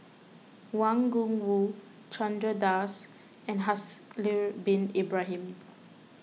Wang Gungwu Chandra Das and Haslir Bin Ibrahim